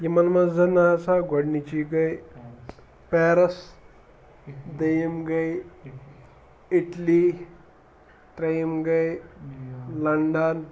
یِمَن منٛز ہَسا گۄڈنِچی گٔے پیرَس دوٚیِم گٔے اِٹلی ترٛیٚیِم گٔے لَنٛڈن